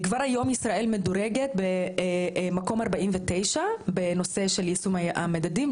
כבר היום ישראל מדורגת במקום 49 בנושא של יישום המדדים,